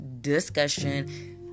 discussion